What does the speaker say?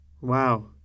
Wow